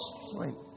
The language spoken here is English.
strength